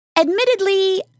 Admittedly